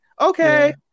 Okay